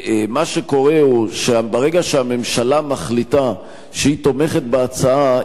מה שקורה הוא שברגע שהממשלה מחליטה שהיא תומכת בהצעה,